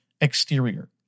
exterior